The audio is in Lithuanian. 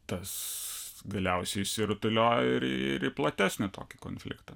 tas galiausiai išsirutuliojo ir ir į platesnį tokį konfliktą